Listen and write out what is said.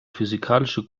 physikalische